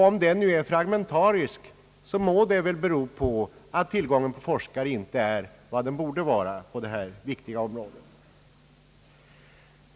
Om den nu är fragmentarisk, så må det väl bero på att tillgången på forskare inte är vad den borde vara på detta viktiga område.